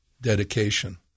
dedication